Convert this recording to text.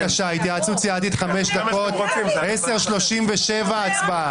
בבקשה, התייעצות סיעתית חמש דקות, 10:37 הצבעה.